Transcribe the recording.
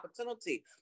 opportunity